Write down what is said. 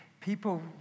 people